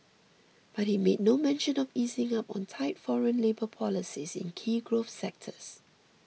but he made no mention of easing up on tight foreign labour policies in key growth sectors